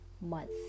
month